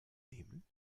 nehmen